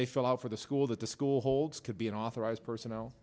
they fill out for the school that the school holds could be an authorized personnel